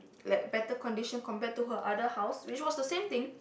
like better condition compared to her other house which was the same thing